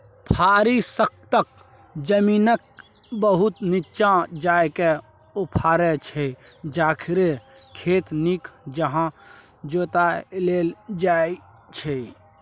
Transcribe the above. फारी सक्खत जमीनकेँ बहुत नीच्चाँ जाकए उखारै छै जाहिसँ खेत नीक जकाँ जोताएल जाइ छै